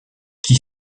qui